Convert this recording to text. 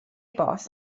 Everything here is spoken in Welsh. bost